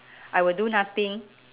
I will do nothing